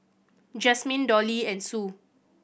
Jazmine Dolly and Sue